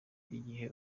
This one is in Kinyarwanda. igihe